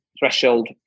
threshold